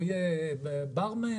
הוא יהיה ברמן?